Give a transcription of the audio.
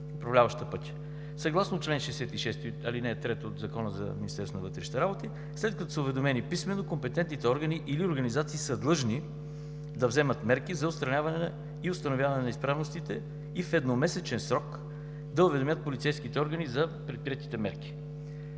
Съгласно чл. 66, ал. 3 от Закона за Министерството на вътрешните работи след като са уведомени писмено компетентните органи или организации са длъжни да вземат мерки за отстраняване и установяване неизправностите и в едномесечен срок да уведомят полицейските органи за предприетите марки.